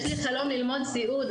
יש לי חלום ללמוד סיעוד,